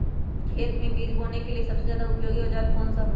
खेत मै बीज बोने के लिए सबसे ज्यादा उपयोगी औजार कौन सा होगा?